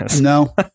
No